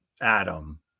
Adam